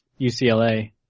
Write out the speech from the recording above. UCLA